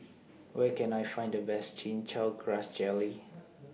Where Can I Find The Best Chin Chow Grass Jelly